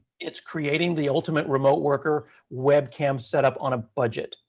it's creating the ultimate remote worker webcam setup on a budget.